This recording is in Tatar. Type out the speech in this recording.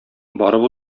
барып